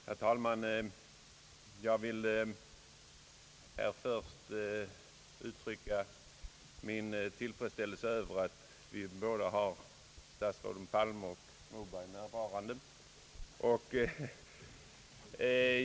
Herr talman! Jag vill här först uttrycka min tillfredsställelse över att vi har både statsrådet Palme och statsrådet Moberg närvarande.